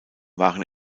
waren